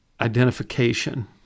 identification